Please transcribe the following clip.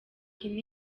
ine